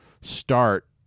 start